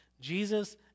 Jesus